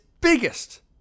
biggest